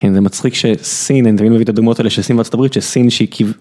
אם זה מצחיק שסין אני תמיד מבמר את הדוגמאות האלה של סין וארצות הברית שסין שהיא כביכול.